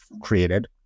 created